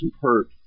hurt